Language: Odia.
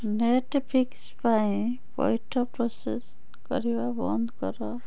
ନେଟ୍ଫ୍ଲିକ୍ସ୍ ପାଇଁ ପଇଠ ପ୍ରୋସେସ୍ କରିବା ବନ୍ଦ କର